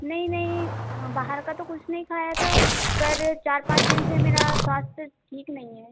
नहीं नहीं बाहर का तो कुछ नहीं खाया था पर चार पाँच दिन से मेरा स्वास्थ ठीक नहीं है